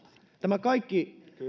tämä kaikki